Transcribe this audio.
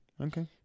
okay